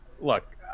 Look